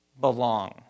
belong